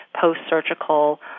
post-surgical